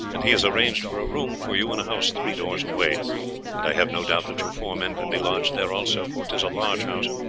and he has arranged for a room for you in a house three doors away and i have no doubt that your four men can be lodged there also, for tis a large house,